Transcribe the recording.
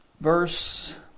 Verse